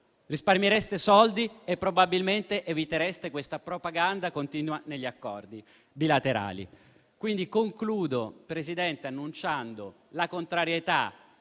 Risparmiereste soldi e probabilmente evitereste questa propaganda continua degli accordi bilaterali. Concludo, Presidente, annunciando la contrarietà